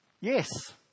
Yes